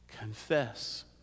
Confess